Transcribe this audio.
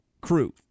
Crew